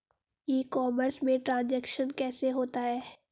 ई commerce में transaction कैसे होता है?